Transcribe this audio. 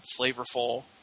flavorful